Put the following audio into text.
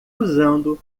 usando